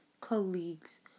colleagues